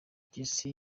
mpyisi